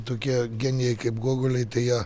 tokie genijai kaip gogoliai tai jie